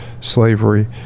slavery